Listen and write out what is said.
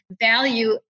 value